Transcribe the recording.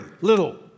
little